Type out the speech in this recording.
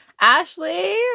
Ashley